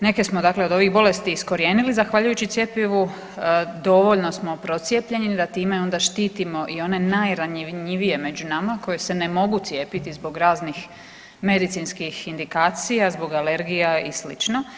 Neke smo dakle od ovih bolesti iskorijenili zahvaljujući cjepivu dovoljno smo procijepljeni da time onda štitimo i one najranjivije među nama koji se ne mogu cijepiti zbog raznih medicinskih indikacija, zbog alergija i slično.